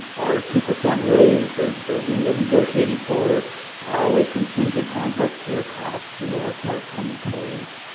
our two percent raise that that we were negotiating for was contingent on healthcare cost to our part-time employees.